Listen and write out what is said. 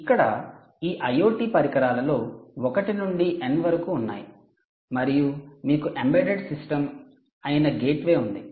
ఇక్కడ ఈ IoT పరికరాలలో 1 నుండి n వరకు ఉన్నాయి మరియు మీకు ఎంబెడెడ్ సిస్టమ్ అయిన గేట్వే ఉంది